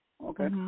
Okay